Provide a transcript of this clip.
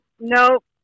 Nope